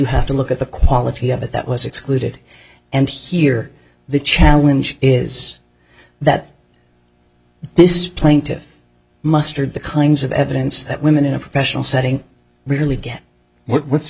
have to look at the quality of it that was excluded and here the challenge is that this is plaintive mustered the kinds of evidence that women in a professional setting rarely get w